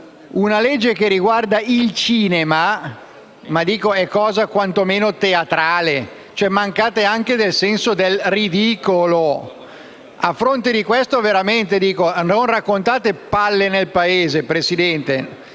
una legge che riguarda il cinema, è cosa quantomeno teatrale: mancate anche del senso del ridicolo! A fronte di questo veramente vi chiedo di non raccontare palle al Paese, Presidente.